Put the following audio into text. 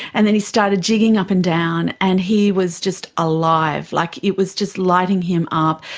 and then he started jigging up and down, and he was just alive. like it was just lighting him up.